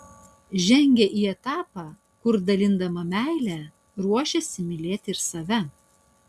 žengia į etapą kur dalindama meilę ruošiasi mylėti ir save